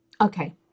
okay